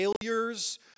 failures